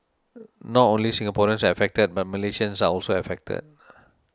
not only Singaporeans are affected but Malaysians are also affected